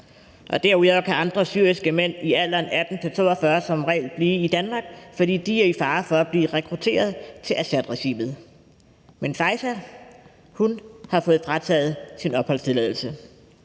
og derudover kan andre syriske mænd i alderen 18-42 år som regel blive i Danmark, fordi de er i fare for at blive rekrutteret til Assadregimet. Men Faeza har fået frataget sin opholdstilladelse,